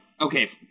okay